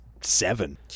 seven